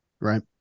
Right